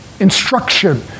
instruction